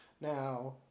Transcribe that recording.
Now